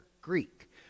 Greek